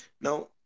Now